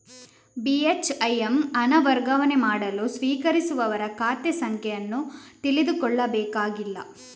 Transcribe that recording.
ಬಿ.ಹೆಚ್.ಐ.ಎಮ್ ಹಣ ವರ್ಗಾವಣೆ ಮಾಡಲು ಸ್ವೀಕರಿಸುವವರ ಖಾತೆ ಸಂಖ್ಯೆ ಅನ್ನು ತಿಳಿದುಕೊಳ್ಳಬೇಕಾಗಿಲ್ಲ